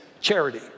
charity